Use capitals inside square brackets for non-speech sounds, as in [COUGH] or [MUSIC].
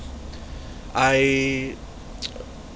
I [NOISE]